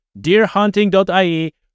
deerhunting.ie